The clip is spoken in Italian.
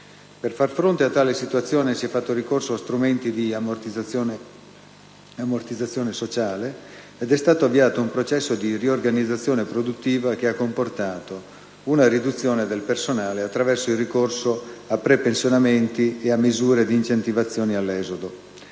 Per far fronte a tale situazione, si è fatto ricorso a strumenti di ammortizzazione sociale, ed è stato avviato un processo di riorganizzazione produttiva che ha comportato una riduzione del personale attraverso il ricorso a prepensionamenti e a misure di incentivazione all'esodo.